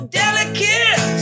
delicate